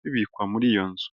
bibikwa muri iyo nzu.